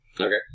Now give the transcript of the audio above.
Okay